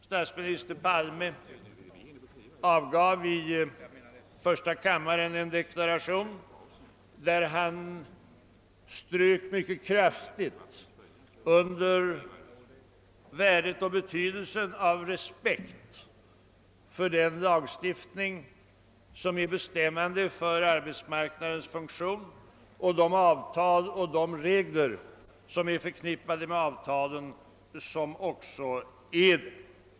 Statsminister Palme avgav i första kammaren en deklaration, vari han mycket kraftigt strök under värdet och betydelsen av respekt för den lagstiftning och de avtal och regler som är bestämmande för arbetsmarknadens funktion.